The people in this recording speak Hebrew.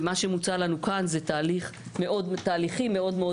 ומה שמוצע לנו כאן זה תהליכים מאוד מאוד